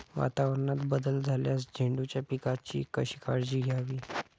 वातावरणात बदल झाल्यास झेंडूच्या पिकाची कशी काळजी घ्यावी?